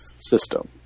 system